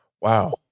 Wow